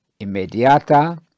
immediata